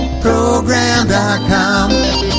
Program.com